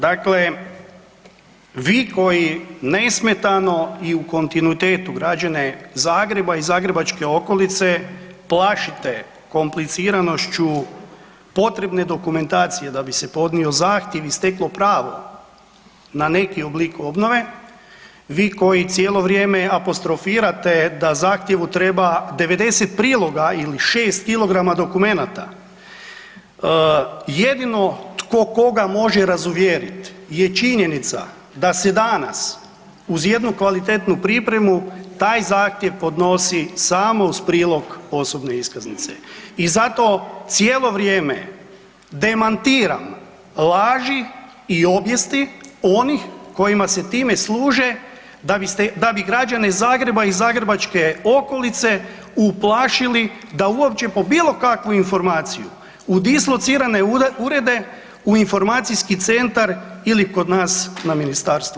Dakle vi koji nesmetano i u kontinuitetu građane Zagreba i zagrebačke okolice plašite kompliciranošću potrebne dokumentacije da bi se podnio zahtjev i steklo pravo na neki oblik obnove, vi koji cijelo vrijeme apostrofirate da zahtjevu treba 90 priloga ili 6 kilograma dokumenata, jedino tko koga može razuvjeriti je činjenica da se danas uz jednu kvalitetnu pripremu taj zahtjev podnosi samo uz prilog osobne iskaznice i zato cijelo vrijeme dematiram laži i obijesti onih kojima se time služe da bi građane Zagreba i zagrebačke okolice uplašili da uopće po bilo kakvu informaciju u dislocirane urede, u informacijski centar ili kod nas u Ministarstvo.